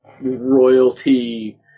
royalty